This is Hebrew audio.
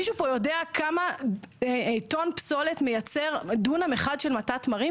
מישהו פה יודע כמה טון פסולת מייצר דונם אחד של מטע תמרים?